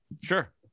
sure